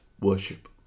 worship